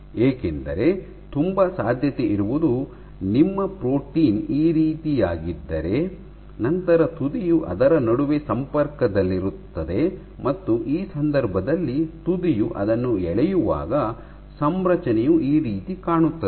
ಏಕೆಂದರೆ ತುಂಬ ಸಾಧ್ಯತೆ ಇರುವುದು ನಿಮ್ಮ ಪ್ರೋಟೀನ್ ಈ ರೀತಿಯಾಗಿದ್ದರೆ ನಂತರ ತುದಿಯು ಅದರ ನಡುವೆ ಸಂಪರ್ಕದಲ್ಲಿರುತ್ತದೆ ಮತ್ತು ಆ ಸಂದರ್ಭದಲ್ಲಿ ತುದಿಯು ಅದನ್ನು ಎಳೆಯುವಾಗ ಸಂರಚನೆಯು ಈ ರೀತಿ ಕಾಣುತ್ತದೆ